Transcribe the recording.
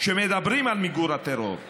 שמדברים על מיגור הטרור,